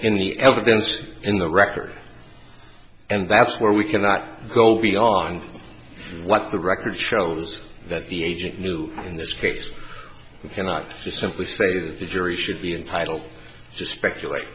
the evidence in the record and that's where we cannot go beyond what the record shows that the agent knew in this case and i just simply say that the jury should be entitled to speculate